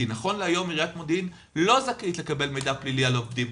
כי נכון להיום עיריית מודיעין לא זכאית לקבל מידע פלילי על העובדים.